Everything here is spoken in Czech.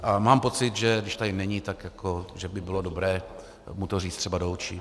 A mám pocit, že když tady není, tak že by bylo dobré mu to říct třeba do očí.